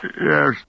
Yes